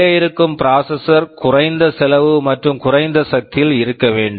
உள்ளே இருக்கும் processor processor குறைந்த செலவு மற்றும் குறைந்த சக்தியில் இருக்க வேண்டும்